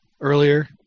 earlier